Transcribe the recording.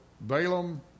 Balaam